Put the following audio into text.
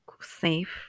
safe